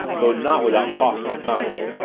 though not without caustic comment.